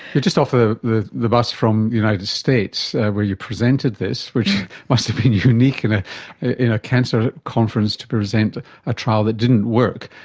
you're just off ah the the bus from the united states where you presented this, which must have been unique in ah in a cancer conference, to present a trial that didn't work.